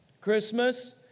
Christmas